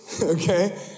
Okay